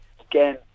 again